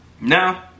Now